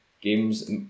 games